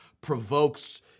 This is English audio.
provokes